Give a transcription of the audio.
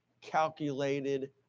calculated